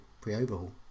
pre-overhaul